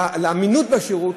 לאמינות בשירות,